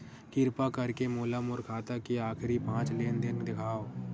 किरपा करके मोला मोर खाता के आखिरी पांच लेन देन देखाव